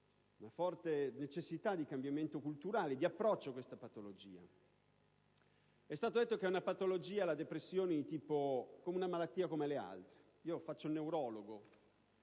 una forte necessità di cambiamento culturale di approccio a questa patologia. È stato detto che la depressione è una malattia come le altre. Io sono un neurologo